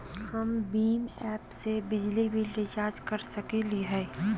हम भीम ऐप से बिजली बिल रिचार्ज कर सकली हई?